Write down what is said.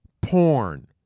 porn